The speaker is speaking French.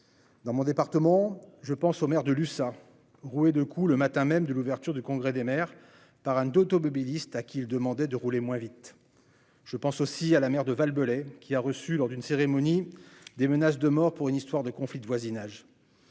dans mon département, je pense au maire de Lussas roué de coups le matin même de l'ouverture du congrès des maires par un d'automobilistes à qui il demandait de rouler moins vite, je pense aussi à la mère de Valpellets qu'il a reçu lors d'une cérémonie des menaces de mort pour une histoire de conflits de voisinage